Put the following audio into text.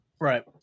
Right